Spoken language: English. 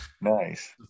Nice